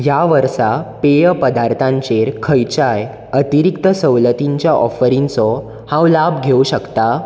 ह्या वर्सा पेय पदार्थांचेर खंयच्याय अतिरिक्त सवलतीच्या ऑफरींचो हांव लाव घेवंक शकता